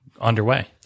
underway